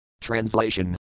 Translation